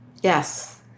Yes